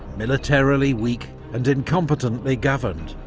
militarily weak and incompetently governed,